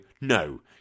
No